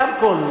דבר לרמקול.